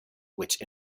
which